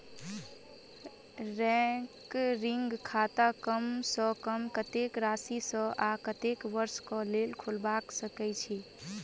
recurring खाता कम सँ कम कत्तेक राशि सऽ आ कत्तेक वर्ष कऽ लेल खोलबा सकय छी